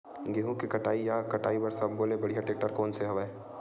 गेहूं के कटाई या कटाई बर सब्बो ले बढ़िया टेक्टर कोन सा हवय?